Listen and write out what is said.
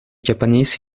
japanese